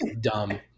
dumb